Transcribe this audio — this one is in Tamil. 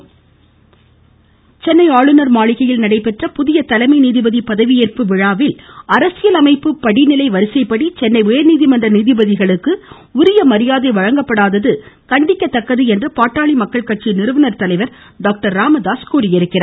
ராமகாஸ் சென்னை ஆளுநர் மாளிகையில் நடைபெற்ற புதிய தலைமை நீதிபதி பதவியேற்பு விழாவில் அரசியல் அமைப்பு படிநிலை வரிசைப்படி சென்னை உயர்நீதிமன்ற நீதிபதிகளுக்கு உரிய மரியாதை வழங்கப்படாதது கண்டிக்கத்தக்கது என்று பாட்டாளி மக்கள் கட்சி நிறுவனர் தலைவர் டாக்டர் ராமதாஸ் தெரிவித்திருக்கிறார்